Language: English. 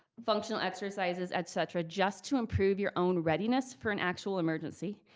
functional exercises, et cetera, just to improve your own readiness for an actual emergency.